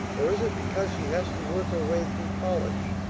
or is it because she has to work her way through college?